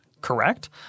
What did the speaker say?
correct